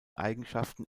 eigenschaften